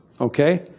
okay